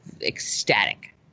ecstatic